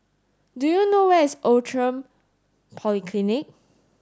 do you know where is Outram Polyclinic